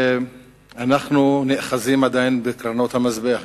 אנחנו נאחזים עדיין בקרנות המזבח,